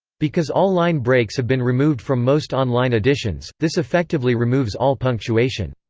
because all line breaks have been removed from most online editions, this effectively removes all punctuation.